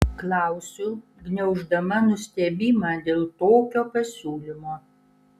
klausiu gniauždama nustebimą dėl tokio pasiūlymo